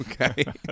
okay